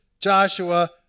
Joshua